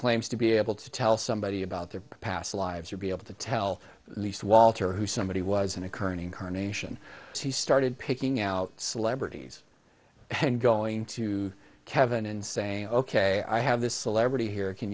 claims to be able to tell somebody about their past lives or be able to tell the least walter who somebody was in a current incarnation he started picking out celebrities and going to kevin and saying ok i have this celebrity here can